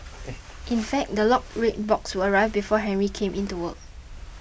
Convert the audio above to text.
in fact the locked red box would arrive before Henry came in to work